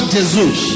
Jesus